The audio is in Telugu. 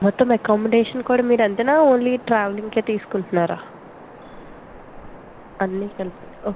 ఓకే నేను చెప్తానండి ఇంట్లో కొంచెం చూసుకోండి నేను స్కూల్ వరకే చూసుకోగలను ఇంటి దగ్గర మీరే కదా పేరెంట్స్ అన్నీ వాళ్ళకి